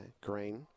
Green